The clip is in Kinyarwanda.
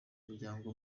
muryango